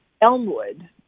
Elmwood